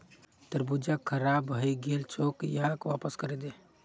तरबूज खराब हइ गेल छोक, यहाक वापस करे दे